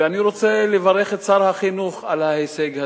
ואני רוצה לברך את שר החינוך על ההישג הזה.